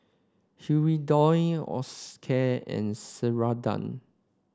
Hirudoid Osteocare and Ceradan